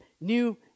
new